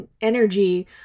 energy